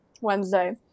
Wednesday